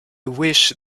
wish